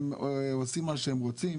הם עושים מה שהם רוצים,